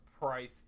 price